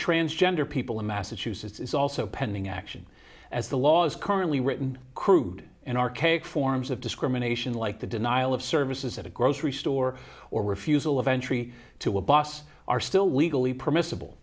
transgender people in massachusetts is also pending action as the law is currently written crude and archaic forms of discrimination like the denial of services at a grocery store or refusal of entry to a boss are still legally permissible